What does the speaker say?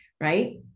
right